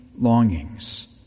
longings